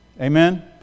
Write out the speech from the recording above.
Amen